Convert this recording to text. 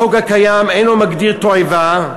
החוק הקיים אינו מגדיר תועבה,